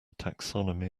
taxonomy